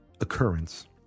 occurrence